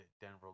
Denver